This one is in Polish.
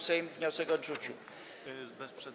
Sejm wniosek odrzucił.